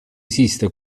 esiste